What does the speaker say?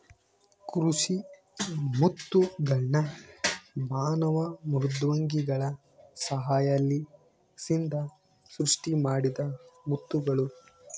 ಕೃಷಿ ಮುತ್ತುಗಳ್ನ ಮಾನವ ಮೃದ್ವಂಗಿಗಳ ಸಹಾಯಲಿಸಿಂದ ಸೃಷ್ಟಿಮಾಡಿದ ಮುತ್ತುಗುಳು